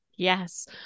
Yes